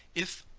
if,